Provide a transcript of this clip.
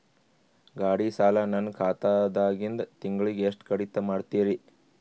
ಗಾಢಿ ಸಾಲ ನನ್ನ ಖಾತಾದಾಗಿಂದ ತಿಂಗಳಿಗೆ ಎಷ್ಟು ಕಡಿತ ಮಾಡ್ತಿರಿ?